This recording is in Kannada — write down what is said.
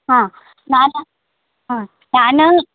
ಹಾಂ ನಾನು ಹಾಂ ನಾನು